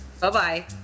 Bye-bye